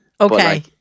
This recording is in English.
Okay